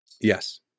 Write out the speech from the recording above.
Yes